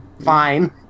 Fine